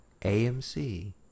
AMC